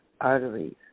arteries